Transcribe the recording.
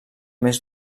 més